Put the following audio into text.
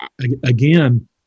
again